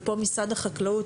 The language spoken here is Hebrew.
ופה משרד החקלאות,